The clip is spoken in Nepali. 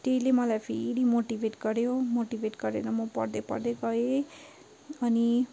अन्त त्यहीले मलाई फेरि मोटिभेट गर्यो मोटिभेट गरेर म पढ्दै पढ्दै गएँ अनि